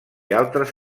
altres